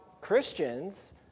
Christians